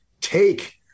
take